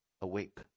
Awake